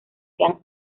sean